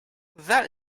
that